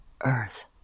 earth